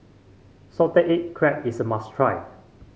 Salted Egg Crab is a must try